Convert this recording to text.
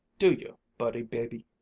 do you, buddy-baby?